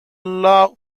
low